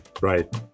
right